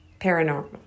paranormal